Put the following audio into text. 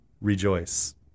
rejoice